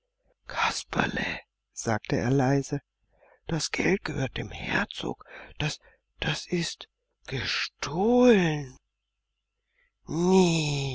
sagte er leise das geld gehört dem herzog das das ist gestohlen nä